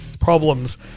problems